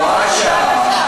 הוראת שעה,